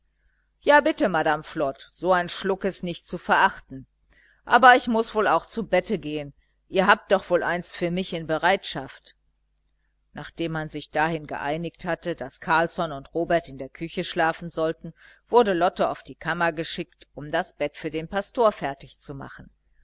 ja bitte madame flod so ein schluck ist nicht zu verachten aber ich muß auch wohl zu bette gehen ihr habt doch wohl eins für mich in bereitschaft nachdem man sich dahin geeinigt hatte daß carlsson und robert in der küche schlafen sollten wurde lotte auf die kammer geschickt um das bett für den pastor fertig